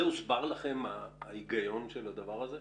הוסבר לכם ההיגיון שבדבר הזה?